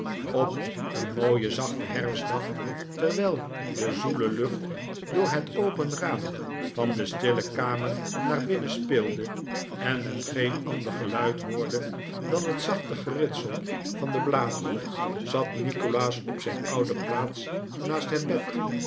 op een mooien zachten herfstdag terwijl de zoele lucht door het open raam van de stille kamer naar binnen speelde en men geen ander geluid hoorde dan het zachte geritsel van de bladeren zat nikolaas op zijn oude plaats naast het bed